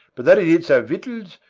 but that it eats our victuals,